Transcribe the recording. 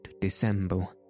dissemble